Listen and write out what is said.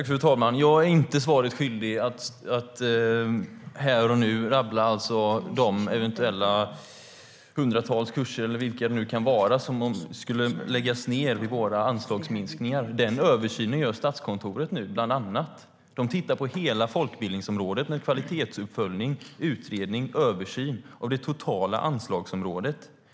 Fru talman! Jag är inte skyldig att här och nu rabbla upp de hundratals kurser eller så som skulle läggas ned med våra anslagsminskningar. Den översynen gör Statskontoret. De tittar på hela folkbildningsområdet med kvalitetsuppföljning, utredning och översyn av det totala anslagsområdet.